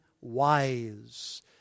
wise